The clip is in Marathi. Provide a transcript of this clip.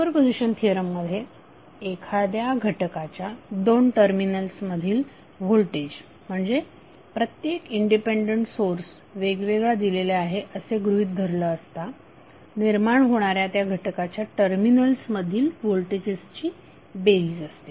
सुपरपोझिशन थिअरम मध्ये एखाद्या घटकाच्या दोन टर्मिनल्स मधील व्होल्टेज म्हणजे प्रत्येक इंडिपेंडंट सोर्स वेगवेगळा दिलेला आहे असे गृहीत धरले असता निर्माण होणाऱ्या त्या घटकाच्या टर्मिनल्स मधील व्होल्टेजेसची बेरीज असते